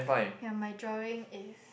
ya my drawing is